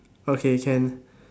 okay can